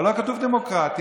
אבל לא כתוב "דמוקרטית",